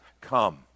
come